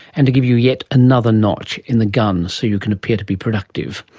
and to give you yet another notch in the gun so you can appear to be productive.